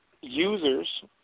users